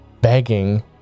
begging